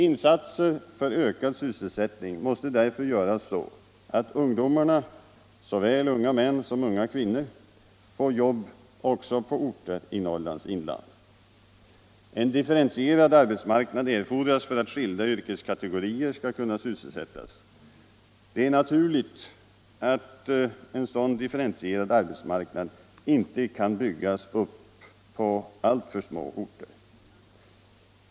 Insatserna för ökad sysselsättning måste därför göras så att ungdomarna, såväl unga män som unga kvinnor, får jobb också på orter i Norrlands inland. En differentierad arbetsmarknad erfordras för att skilda yrkeskategorier skall kunna sysselsättas. Det är naturligt att en sådan differentierad arbetsmarknad inte kan byggas upp på alltför små orter.